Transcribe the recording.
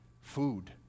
food